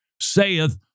saith